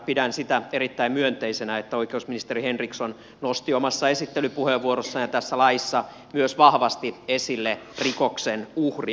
pidän sitä erittäin myönteisenä että oikeusministeri henriksson nosti omassa esittelypuheenvuorossaan ja tässä laissa myös vahvasti esille rikoksen uhrin